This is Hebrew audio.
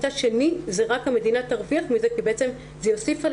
אבל מצד שני רק המדינה תרוויח מזה כי זה יוסיף על